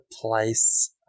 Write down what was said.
place